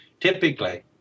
typically